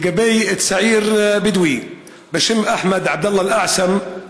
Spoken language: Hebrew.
לגבי צעיר בדואי בשם אחמד עבדאללה אל-אעסם,